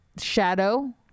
Shadow